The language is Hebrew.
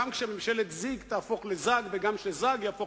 שגם כשממשלת זיג תהפוך לזג וגם כשזג יהפוך